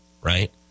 right